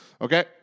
Okay